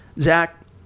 Zach